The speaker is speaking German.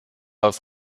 auf